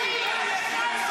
חזרי למקום.